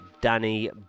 Danny